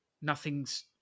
nothing's